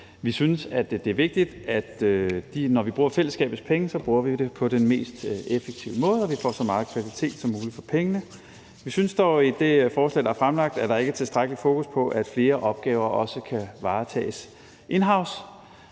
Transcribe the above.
vi synes, det er vigtigt, når vi bruger fællesskabets penge, at vi bruger dem på den mest effektive måde, og at vi får så meget kvalitet som muligt for pengene. Vi synes dog, at der i det forslag, der er fremsat, ikke er tilstrækkeligt fokus på, at flere opgaver også kan varetages inhouse,